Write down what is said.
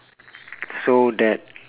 so that